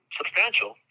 substantial